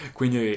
Quindi